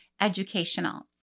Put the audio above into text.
educational